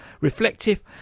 reflective